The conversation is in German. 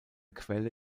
quelle